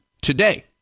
today